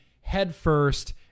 headfirst